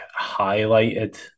highlighted